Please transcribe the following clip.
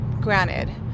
granted